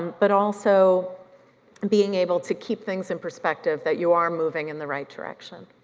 but also and being able to keep things in perspective, that you are moving in the right direction.